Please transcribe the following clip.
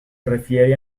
refiere